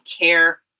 care